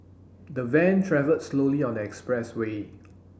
the van travelled slowly on the expressway